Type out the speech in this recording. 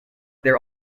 their